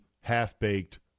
half-baked